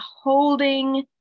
holding